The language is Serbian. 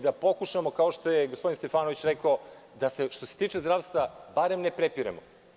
Da pokušamo, kao što je gospodin Stefanović rekao, da što se tiče zdravstva, barem ne prepiremo.